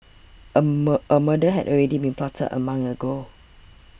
a a murder had already been plotted a month ago